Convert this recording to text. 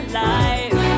life